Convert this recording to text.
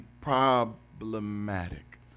problematic